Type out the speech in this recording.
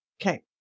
Okay